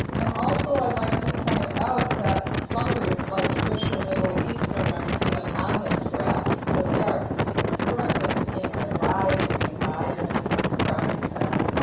and also, i like to point out that some groups, like jewish and middle eastern, aren't even on this graph, but they are ah currently seeing a rise in bias crimes and,